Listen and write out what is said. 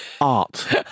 Art